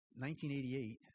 1988